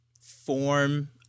form